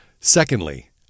Secondly